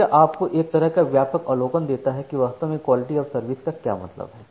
तो यह आपको एक तरह का व्यापक अवलोकन देता है कि वास्तव में क्वालिटी ऑफ़ सर्विस का क्या मतलब है